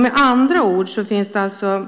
Med andra ord är det alltså